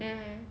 mmhmm